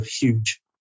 huge